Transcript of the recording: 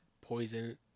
poison